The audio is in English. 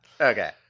okay